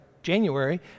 January